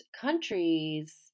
countries